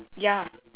ya